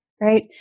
right